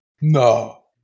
no